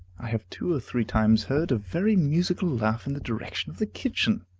i have two or three times heard a very musical laugh in the direction of the kitchen.